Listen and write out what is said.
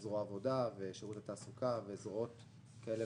זרוע העבודה ושירות התעסוקה וזרועות כאלה